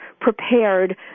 prepared